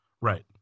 right